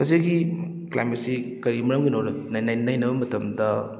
ꯃꯁꯤꯒꯤ ꯀ꯭ꯂꯥꯏꯃꯦꯠꯁꯤ ꯀꯔꯤ ꯃꯔꯝꯒꯤꯅꯣꯅ ꯅꯩꯅꯕ ꯃꯇꯝꯗ